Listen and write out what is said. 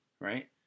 right